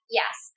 yes